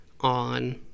on